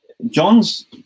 John's